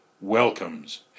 welcomes